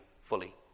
fully